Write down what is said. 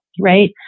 right